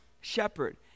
shepherd